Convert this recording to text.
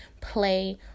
play